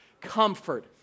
Comfort